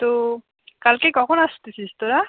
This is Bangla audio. তো কালকে কখন আসতেছিস তোরা